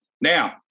Now